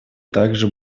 также